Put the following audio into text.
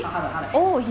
他的他的 ex